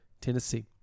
Tennessee